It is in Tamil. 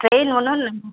டிரெயின் ஒன்றும்